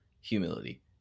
humility